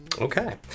Okay